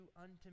unto